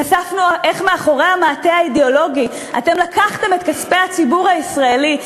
חשפנו איך מאחורי המעטה האידיאולוגי אתם לקחתם את כספי הציבור הישראלי,